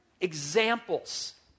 examples